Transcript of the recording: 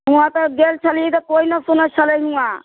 हुवाँ तऽ गेल छली तऽ कोइ न सुनै छलै हुवाँ